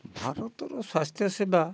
ଭାରତର ସ୍ୱାସ୍ଥ୍ୟ ସେବା